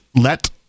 Let